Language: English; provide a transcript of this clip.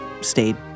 stayed